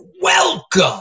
Welcome